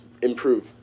improve